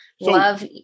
love